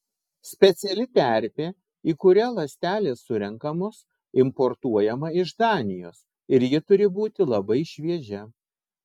speciali terpė į kurią ląstelės surenkamos importuojama iš danijos ir ji turi būti labai šviežia